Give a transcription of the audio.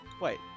Wait